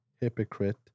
hypocrite